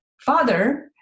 father